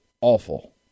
awful